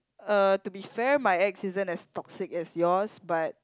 (uh)to be fair my ex isn't as toxic as yours but